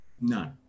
none